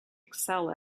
excel